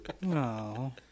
no